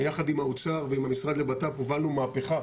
ביחד עם האוצר ועם המשרד לביטחון פנים הובלנו מהפיכה